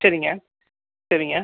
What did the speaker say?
சரிங்க சரிங்க